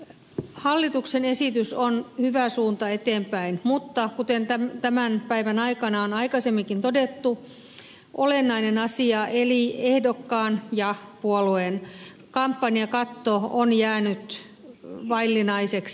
hallituksen esitys vie tätä asiaa hyvään suuntaan eteenpäin mutta kuten tämän päivän aikana on aikaisemminkin todettu olennainen asia eli ehdokkaan ja puolueen kampanjakatto on jäänyt vaillinaiseksi